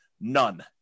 None